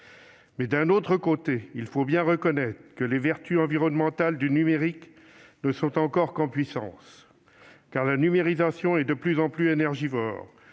Mais, d'un autre côté, il faut bien reconnaître que les vertus environnementales du numérique ne sont encore qu'en puissance. Car la numérisation est de plus en plus énergivore.